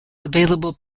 available